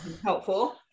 helpful